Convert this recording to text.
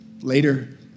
Later